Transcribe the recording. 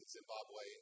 Zimbabwe